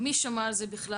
מי שמע על זה בכלל?